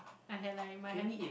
I had like my hand